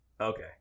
Okay